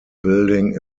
building